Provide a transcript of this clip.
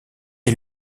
est